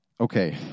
Okay